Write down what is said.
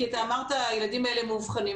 כי אתה אמרת 'הילדים האלה מאובחנים',